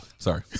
Sorry